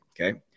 okay